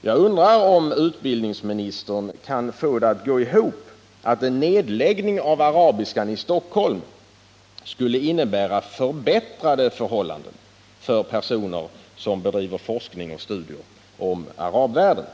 Jag undrar om utbildningsministern kan få det att gå ihop — att en nedläggning av arabiskan i Stockholm skulle innebära förbättrade förhållanden för personer som bedriver forskning och studier om arabvärlden.